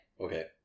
Okay